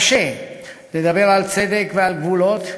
קשה לדבר על צדק ועל גבולות,